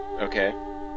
okay